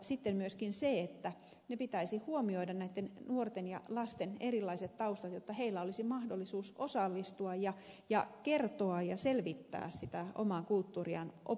sitten pitäisi myöskin huomioida näitten nuorten ja lasten erilaiset taustat jotta heillä olisi mahdollisuus osallistua ja kertoa ja selvittää sitä omaa kulttuuriaan oppitunneilla